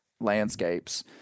landscapes